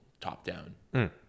top-down